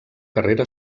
carrera